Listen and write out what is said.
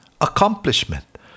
accomplishment